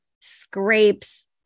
scrapes